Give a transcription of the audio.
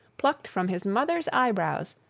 plucked from his mother's eyebrows,